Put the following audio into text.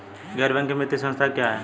गैर बैंकिंग वित्तीय संस्था क्या है?